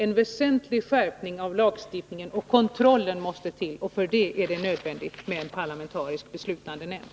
En väsentlig skärpning av lagstiftningen och kontrollen måste till, och för det är det nödvändigt med en parlamentarisk beslutandenämnd.